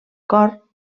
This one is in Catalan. cor